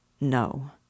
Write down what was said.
No